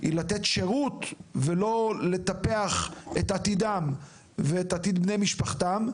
היא לתת שירות ולא לטפח את עתידם ואת עתיד בני משפחתם,